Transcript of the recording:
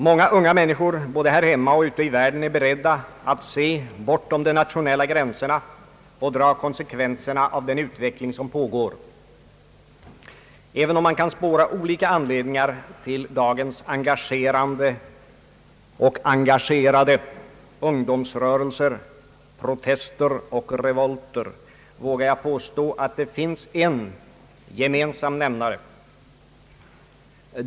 Många unga människor både här hemma och ute i världen är beredda att se bortom de nationella gränserna och dra konsekvenserna av den utveckling som pågår. Även om man kan spåra olika anledningar till dagens engagerande och engagerade ungdomsrörelser, protester och revolter, vågar jag påstå att det finns en gemensam nämnare.